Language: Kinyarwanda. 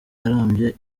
arambye